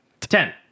Ten